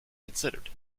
considered